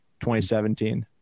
2017